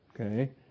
Okay